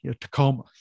tacoma